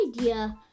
idea